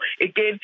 again